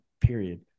period